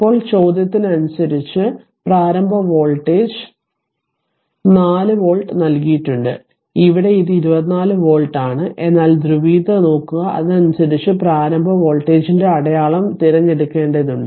ഇപ്പോൾ ചോദ്യത്തിന് അനുസരിച്ചു പ്രാരംഭ വോൾട്ടേജ് 4 വോൾട്ട് നൽകിയിട്ടുണ്ട് ഇവിടെ ഇത് 24 വോൾട്ട് ആണ് എന്നാൽ ധ്രുവീയത നോക്കുക അതനുസരിച്ച് പ്രാരംഭ വോൾട്ടേജിന്റെ അടയാളം തിരഞ്ഞെടുക്കേണ്ടതുണ്ട്